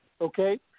Okay